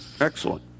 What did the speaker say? Excellent